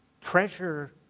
Treasure